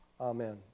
Amen